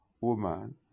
woman